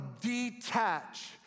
detach